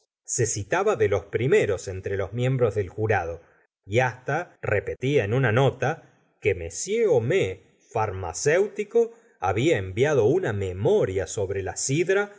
citaba de los primeros entre los miembros del jurado y hasta repetía en una nota que m homais farmacéutico había enviado una memoria sobre la sidra